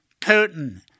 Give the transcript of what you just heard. Putin